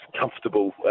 Comfortable